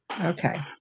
okay